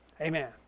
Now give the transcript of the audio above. Amen